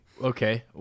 Okay